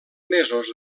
mesos